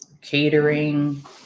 catering